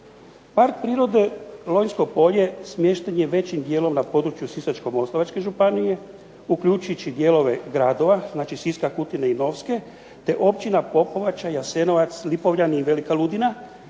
Park prirode Lonjsko polje smješten je većim dijelom na području Sisačko-moslavačke županije, uključujući dijelove gradova, znači Siska, Kutine i Novske, te općina Popovača, Jasenovac, Lipovljani i Velika ludina,